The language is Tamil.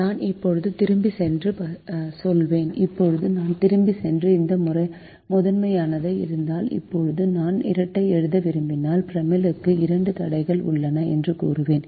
நான் இப்போது திரும்பிச் சென்று சொல்வேன் இப்போது நான் திரும்பிச் சென்று இந்த முதன்மையானது இருந்தால் இப்போது நான் இரட்டை எழுத விரும்பினால் ப்ரிமலுக்கு இரண்டு தடைகள் உள்ளன என்று கூறுவேன்